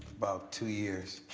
about two years.